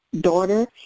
daughter